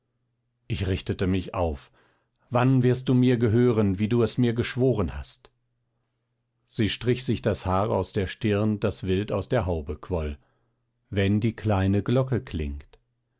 ich richtete mich auf wann wirst du mir gehören wie du es mir geschworen hast sie strich sich das haar aus der stirn das wild aus der haube quoll wenn die kleine glocke klingt